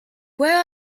where